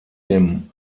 dem